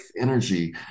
energy